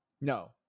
no